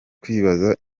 kwibaza